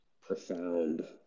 profound